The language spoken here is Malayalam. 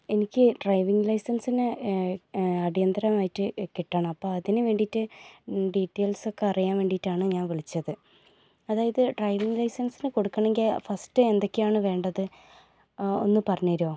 എനിക്ക് ഡ്രൈവിംങ് ലൈസൻസിന് അടിയന്തരമായിട്ട് കിട്ടണം അപ്പം അതിന് വേണ്ടിയിട്ട് ഡീറ്റെയിൽസ് ഒക്കെ അറിയാൻ വേണ്ടിയിട്ടാണ് ഞാൻ വിളിച്ചത് അതായത് ഡ്രൈവിംങ് ലൈസൻസിന് കൊടുക്കണമെങ്കിൽ ഫസ്റ്റ് എന്തൊക്കെയാണ് വേണ്ടത് ഒന്ന് പറഞ്ഞുതരുമോ